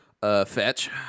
Fetch